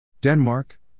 Denmark